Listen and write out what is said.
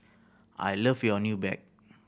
I love your new bag